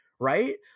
right